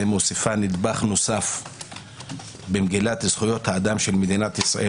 מוסיפה נדבך נוסף במגילת זכויות האדם של מדינת ישראל,